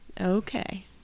Okay